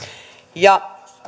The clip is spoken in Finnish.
ja